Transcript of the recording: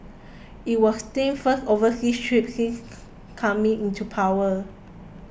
it was Kim's first overseas trip since coming into power